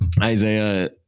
Isaiah